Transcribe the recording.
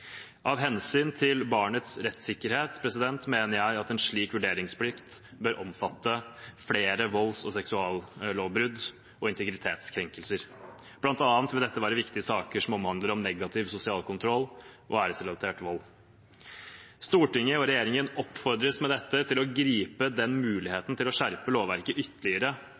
Av hensyn til barnets rettssikkerhet mener jeg at en slik vurderingsplikt bør omfatte flere volds- og seksuallovbrudd og integritetskrenkelser. Blant annet vil dette være viktig i saker som omhandler negativ sosial kontroll og æresrelatert vold. Stortinget og regjeringen oppfordres med dette til å gripe muligheten til å skjerpe lovverket ytterligere